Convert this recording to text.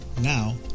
Now